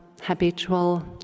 habitual